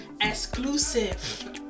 exclusive